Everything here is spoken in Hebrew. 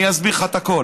אני אסביר לך את הכול.